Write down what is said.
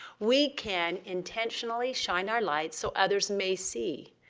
we can intentionally shine our light so others may see.